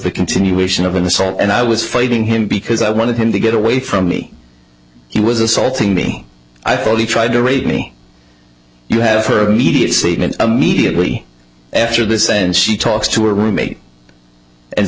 the continuation of an assault and i was fighting him because i wanted him to get away from me he was assaulting me i thought he tried to rape me you have for a media statement immediately after this and she talks to her roommate and